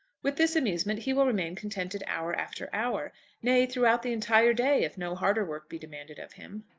with this amusement he will remain contented hour after hour nay, throughout the entire day if no harder work be demanded of him.